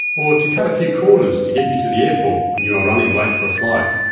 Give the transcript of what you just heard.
or to cut a few corners to get you to the airport when you are running late for a flight.